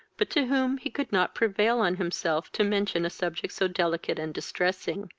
but to whom he could not prevail on himself to mention a subject so delicate and distressing.